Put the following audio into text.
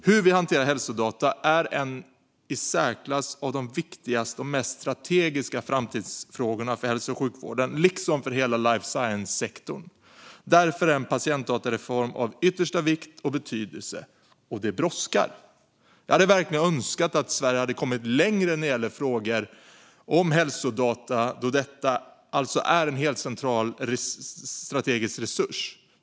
Hur vi hanterar hälsodata är en av de i särklass viktigaste och mest strategiska framtidsfrågorna för hälso och sjukvården liksom för hela life science-sektorn. Därför är en patientdatareform av yttersta vikt och betydelse, och det brådskar. Jag hade verkligen önskat att Sverige skulle ha kommit längre när det gäller frågor om hälsodata eftersom detta alltså är en helt central strategisk resurs.